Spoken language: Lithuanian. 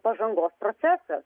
pažangos procesas